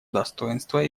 достоинство